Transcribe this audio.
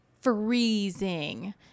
freezing